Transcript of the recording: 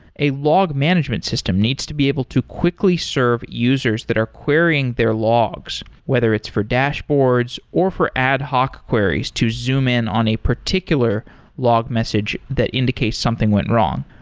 a log management system needs to be able to quickly serve users that are querying their logs, whether it's for dashboards or for ad hoc queries to zoom in on a particular log message that indicate something went wrong.